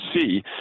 see